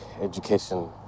education